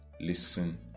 listen